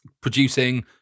producing